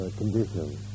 conditions